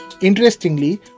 Interestingly